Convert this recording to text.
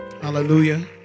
hallelujah